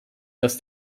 dass